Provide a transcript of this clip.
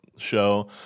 show